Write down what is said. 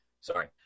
Sorry